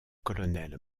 colonel